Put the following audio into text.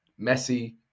Messi